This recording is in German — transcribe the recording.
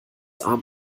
arm